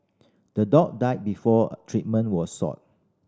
the dog died before treatment was sought